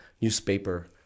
newspaper